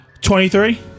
23